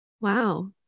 Wow